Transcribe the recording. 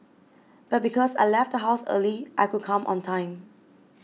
but because I left the house early I could come on time